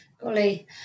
golly